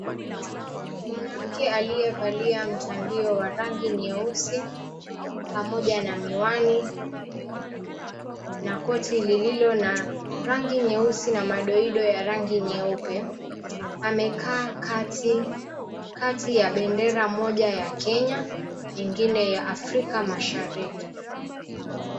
Mwanamke aliyevalia mtandio wa rangi nyeusi pamoja na miwani na koti lililo na rangi nyeusi na madoido ya rangi nyeupe amekaa katikati ya bendera moja ya Kenya nyingine ya Afrika Mashariki.